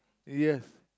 yes